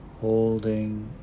holding